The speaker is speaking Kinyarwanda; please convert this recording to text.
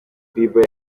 bieber